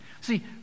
See